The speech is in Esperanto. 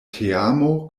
teamo